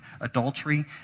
adultery